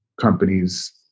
companies